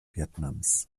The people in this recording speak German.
vietnams